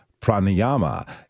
pranayama